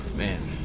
man